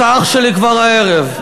אתה אח שלי כבר הערב.